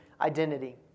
identity